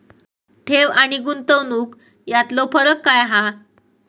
ठेव आनी गुंतवणूक यातलो फरक काय हा?